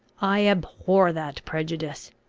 i abhor that prejudice.